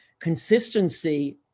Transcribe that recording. consistency